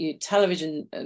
television